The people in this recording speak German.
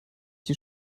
die